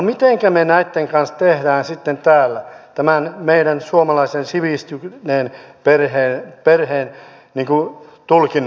mitenkä me näitten kanssa teemme sitten täällä tämän meidän suomalaisen sivistyneen perhetulkinnan kanssa